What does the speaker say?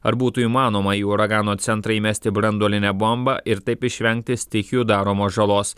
ar būtų įmanoma į uragano centrą įmesti branduolinę bombą ir taip išvengti stichijų daromos žalos